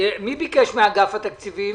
מי מאגף התקציבים